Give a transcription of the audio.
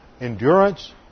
endurance